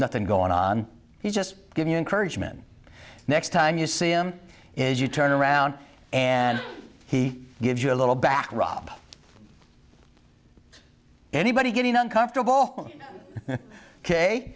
nothing going on he just give you encouragement next time you see him is you turn around and he gives you a little back rub anybody getting uncomfortable ok